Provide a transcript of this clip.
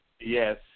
Yes